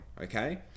okay